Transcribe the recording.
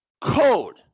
code